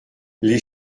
les